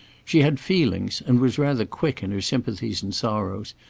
she had feelings, and was rather quick in her sympathies and sorrows,